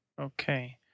Okay